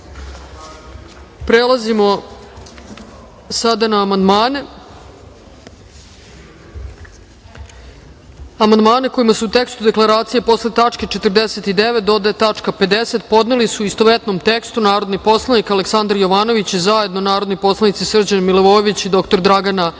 odluke. Prelazimo sada na amandmane. Amandmane kojima se u tekstu Deklaracije posle tačke 49. dodaje tačka 50. podneli su, u istovetnom tekstu, narodni poslanik Aleksandar Jovanović i zajedno narodni poslanici Srđan Milivojević i dr Dragana